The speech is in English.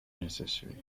necessary